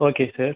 okay sir